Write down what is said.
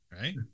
right